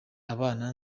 abana